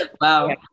Wow